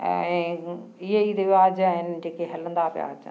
ऐं इहे ई रवाजु आहिनि जेके हलंदा पिया अचनि